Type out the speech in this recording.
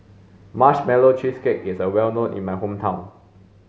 marshmallow cheesecake is well known in my hometown